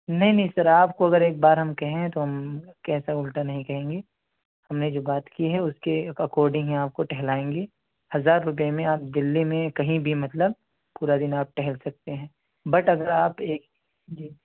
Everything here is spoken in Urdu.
نہیں نہیں سر آپ کو اگر ایک بار ہم کہیں تو ہم کیسے الٹا نہیں کہیں گے ہم نے جو بات کی ہے اس کے اکارڈنگ ہی آپ کو ٹہلائیں گے ہزار روپے میں آپ دلی میں کہیں بھی مطلب پورا دن آپ ٹہل سکتے ہیں بٹ اگر آپ ایک جی